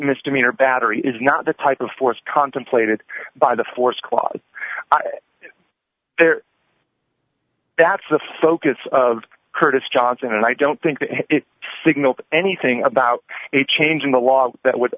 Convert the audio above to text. misdemeanor battery is not the type of force contemplated by the force squad there that's the focus of curtis johnson and i don't think it signals anything about a change in the law that would